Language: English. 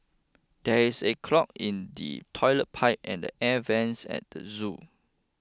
there is a clog in the Toilet Pipe and the Air Vents at the zoo